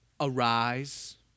arise